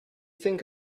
think